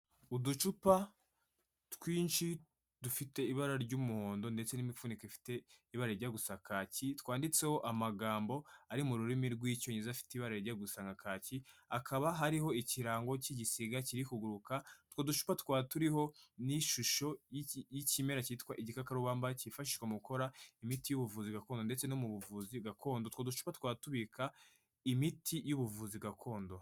Uducupa twinshi dufite ibara ry'umuhondo ndetse n'imifuniko ifite ibara rijya gusa kaki twanditseho amagambo ari mu rurimi rw'icyongereza afite ibara rijya gusa nka kaki hakaba hariho ikirango cy'igisiga kirimo kuguruka utwo ducupa twaba turiho n'ishusho y'ikimera cyitwa igikakarubamba cyifashishwa mu gukora imiti y'ubuvuzi gakondo ndetse no mu buvuzi gakondo utwo ducupa tukaba tubika imiti y'ubuvuzi gakondo.